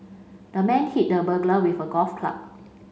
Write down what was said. the man hit the burglar with a golf club